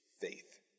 faith